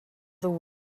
ddŵr